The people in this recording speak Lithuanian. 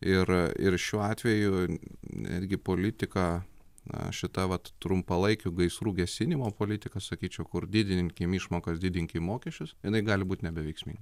ir ir šiuo atveju netgi politika na šita vat trumpalaikių gaisrų gesinimo politika sakyčiau kur didinkim išmokas didinkim mokesčius jinai gali būti nebeveiksminga